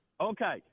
Okay